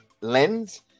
lens